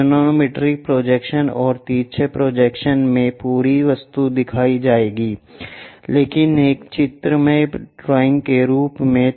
axonometric projections और तिरछे projections में पूरी वस्तु दिखाई जाएगी लेकिन एक चित्रमय ड्राइंग के रूप में